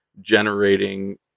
generating